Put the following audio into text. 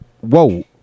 whoa